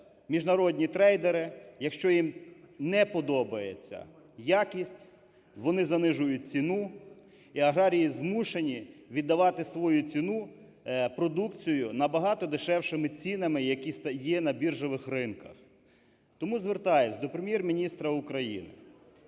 міжнародні трейдери, якщо їм не подобається якість, вони занижують ціну, і аграрії змушені віддавати свою ціну… продукцію набагато дешевшими цінами, які є на біржових ринках. Тому звертаюся до Прем’єр-міністра України